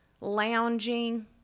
lounging